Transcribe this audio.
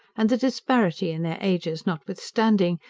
and the disparity in their ages notwithstanding,